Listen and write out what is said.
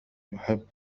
يحب